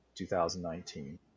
2019